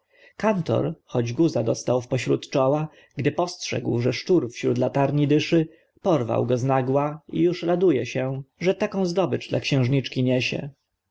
kantor choć guza dostał wpośród czoła gdy postrzegł że szczur wśród latarni dyszy porwał go znagła i już raduje się że taką zdobycz dla xiężniczki niesie